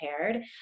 prepared